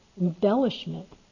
embellishment